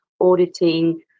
auditing